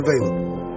available